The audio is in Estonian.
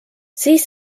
siis